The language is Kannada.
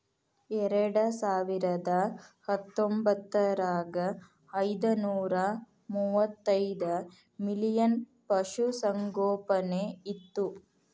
ಎರೆಡಸಾವಿರದಾ ಹತ್ತೊಂಬತ್ತರಾಗ ಐದನೂರಾ ಮೂವತ್ತೈದ ಮಿಲಿಯನ್ ಪಶುಸಂಗೋಪನೆ ಇತ್ತು